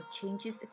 changes